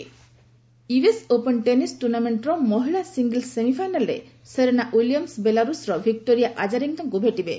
tennis US Open tennis ଟୁର୍ଣ୍ଣାମେଣ୍ଟର ମହିଳା singles ସେମିଫାଇନାଲ୍ରେ ସେରେନା ୱିଲିୟମ୍ସ ବେଲାରୁସ୍ର ଭିକ୍ଟୋରିଆ ଆଜାରେଙ୍କାଙ୍କୁ ଭେଟିବେ